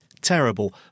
terrible